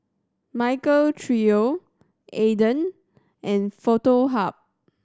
Michael Trio Aden and Foto Hub